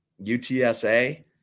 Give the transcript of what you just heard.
UTSA